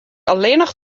allinnich